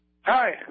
hi